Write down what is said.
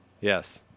Yes